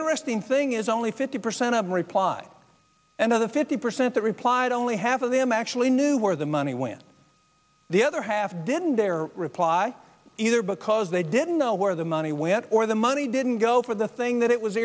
interesting thing is only fifty percent of the reply and of the fifty percent that replied only half of them actually knew where the money went the other half didn't dare reply either because they didn't know where the money went or the money didn't go for the thing that it was